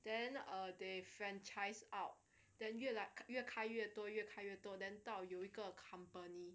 then uh they franchise out then you like 越来越开越多越开越多 then 到有一个 company